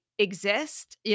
Exist